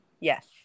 Yes